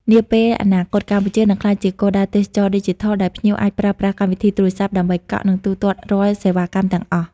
នាពេលអនាគត កម្ពុជានឹងក្លាយជាគោលដៅទេសចរណ៍ឌីជីថល ដែលភ្ញៀវអាចប្រើប្រាស់កម្មវិធីទូរស័ព្ទដើម្បីកក់ និងទូទាត់រាល់សេវាកម្មទាំងអស់។